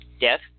death